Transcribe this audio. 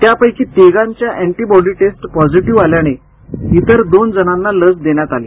त्यापैकी तिघांच्या antibody test positive आल्याने इतर दोन जणांना लस देण्यात आली